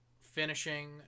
finishing